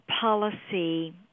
policy